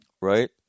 right